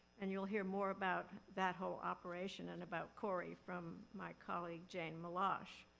and you'll hear more about that whole operation, and about corey, from my colleague jane milosh.